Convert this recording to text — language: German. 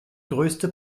größte